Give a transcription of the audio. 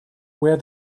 were